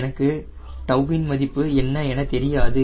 எனக்கு 𝜏 இன் மதிப்பு என்ன என தெரியாது